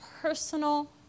personal